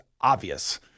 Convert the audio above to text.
obvious